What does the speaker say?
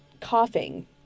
coughing